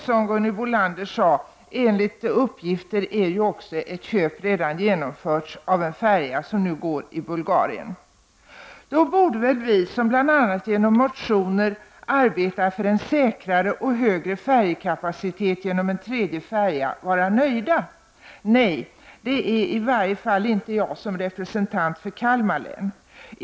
Som Gunhild Bolander sade är enligt uppgifter ett köp redan genomfört av en färja som för närvarande går i Bulgarien. Då borde väl vi som bl.a. genom att väcka motioner arbetar för en säkrare och högre färjekapacitet med hjälp av en tredje färja vara nöjda? Nej, det är i varje fall inte jag som representant för Kalmar län.